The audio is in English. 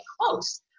close